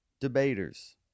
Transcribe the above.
Debaters